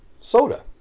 soda